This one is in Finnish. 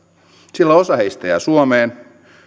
sillä osa heistä jää suomeen